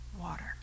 water